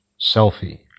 Selfie